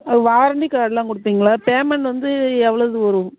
அது வாரண்ட்டி கார்டுலாம் கொடுப்பீங்களா பேமெண்ட் வந்து எவ்வளது வரும்